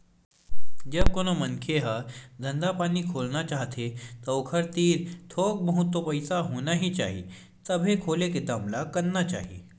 जब कोनो मनखे ह धंधा पानी खोलना चाहथे ता ओखर तीर थोक बहुत तो पइसा होना ही चाही तभे खोले के दम ल करना चाही